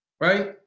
right